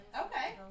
Okay